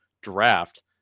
draft